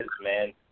man